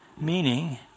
Meaning